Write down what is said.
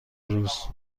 روز